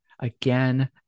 again